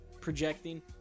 projecting